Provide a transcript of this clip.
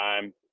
time